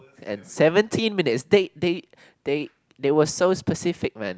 and seventeen minutes they they they they were so specific man